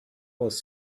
was